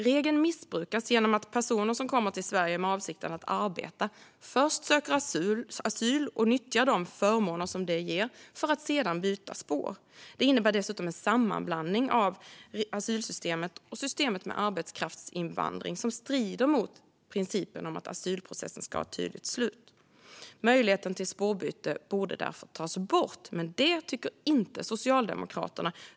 Regeln missbrukas genom att personer som kommer till Sverige med avsikten att arbeta först söker asyl och nyttjar de förmåner det ger för att sedan byta spår. Det innebär dessutom en sammanblandning av asylsystemet och systemet med arbetskraftsinvandring som strider mot principen att asylprocessen ska ha ett tydligt avslut. Möjligheten till spårbyte borde därför tas bort. Men det tycker inte Socialdemokraterna.